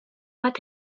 bat